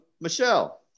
Michelle